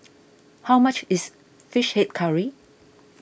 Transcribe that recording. how much is Fish Head Curry